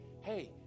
hey